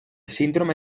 síndrome